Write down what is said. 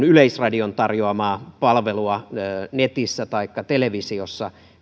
yleisradion tarjoama palvelu netissä taikka televisiossa